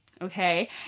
okay